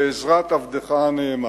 בעזרת עבדך הנאמן.